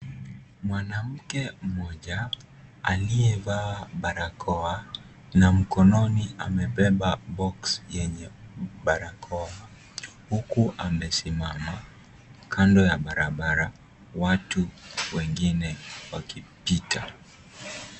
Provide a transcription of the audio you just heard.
Mwanamke mmoja aliyevaa barakoa na mkononi amebeba box yenye barakoa huku amesimama kando ya barabara, watu wengine wakipita.